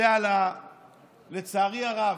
לצערי הרב,